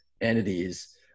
entities